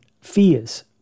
fears